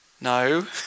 No